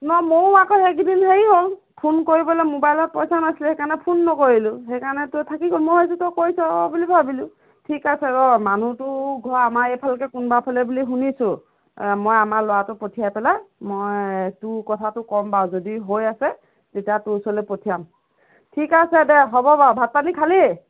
ন ময়ো আকৌ সেইকেইদিন হেৰি হ'ল ফোন কৰিবলৈ মোবাইলত পইচা নাছিলে সেইকাৰণে ফোন নকৰিলোঁ সেইকাৰণে তোৰ থাকি গ'ল মই ভাবিছোঁ তই কৰিছ বুলি ভাবিলোঁ ঠিক আছে ৰহ মানুহটোৰ ঘৰ আমাৰ এইফালকে কোনোবা ফালে বুলি শুনিছোঁ মই আমাৰ ল'ৰাটো পঠিয়াই পেলাই মই তোৰ কথাটো ক'ম বাৰু যদি হৈ আছে তেতিয়া তোৰ ওচৰলৈ পঠিয়াম ঠিক আছে দে হ'ব বাৰু ভাত পানী খালি